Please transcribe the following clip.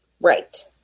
Right